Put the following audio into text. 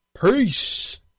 Peace